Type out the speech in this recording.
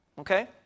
Okay